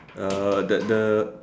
uh the the